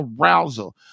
arousal